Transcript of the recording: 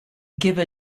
give